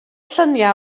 lluniau